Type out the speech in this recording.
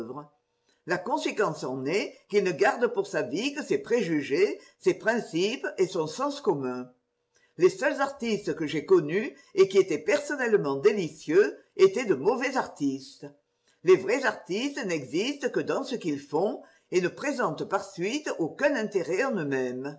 la conséquence en est qu'il ne garde pour sa vie que ses préjugés ses principes et son sens commun les seuls artistes que j'aie connus et qui étaient personnellement délicieux étaient de mauvais artistes les vrais artistes n'existent que dans ce qu'ils font et ne présentent par suite aucun intérêt en eux-mêmes